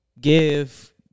give